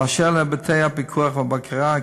אשר להיבטי הפיקוח והבקרה,